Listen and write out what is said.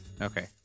okay